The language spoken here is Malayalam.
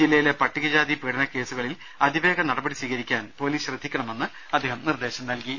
ജില്ലയിലെ പട്ടിക ജാതി പീഡന കേസുകളിൽ അതിവേഗ നട പടി സ്വീകരിക്കാൻ പൊലീസ് ശ്രദ്ധിക്കണമെന്നും അദ്ദേഹം നിർദ്ദേശം നൽകി